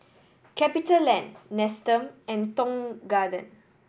CapitaLand Nestum and Tong Garden